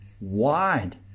wide